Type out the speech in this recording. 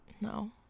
No